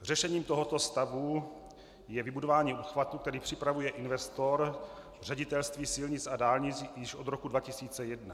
Řešením tohoto stavu je vybudování obchvatu, který připravuje investor Ředitelství silnic a dálnic již od roku 2001.